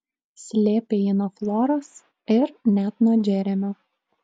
slėpė jį nuo floros ir net nuo džeremio